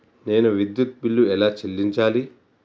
నేను విద్యుత్ బిల్లు ఎలా చెల్లించాలి?